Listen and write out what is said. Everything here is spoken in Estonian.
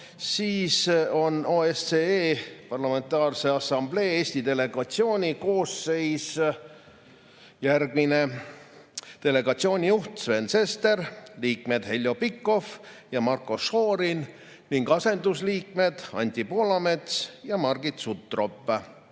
siis on OSCE Parlamentaarse Assamblee Eesti delegatsiooni koosseis järgmine: delegatsiooni juht Sven Sester, liikmed Heljo Pikhof ja Marko Šorin ning asendusliikmed Anti Poolamets ja Margit